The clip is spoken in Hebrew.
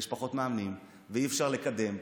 יש פחות מאמנים, אי-אפשר לקדם.